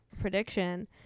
prediction